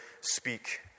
speak